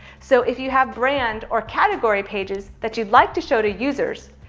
so if you have brand or category pages that you'd like to show to users,